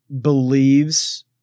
believes